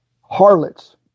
harlots